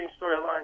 storyline